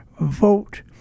vote